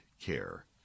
care